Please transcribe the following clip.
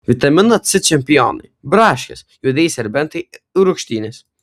vitamino c čempionai braškės juodieji serbentai rūgštynės